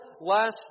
last